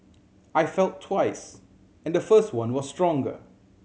I felt twice and the first one was stronger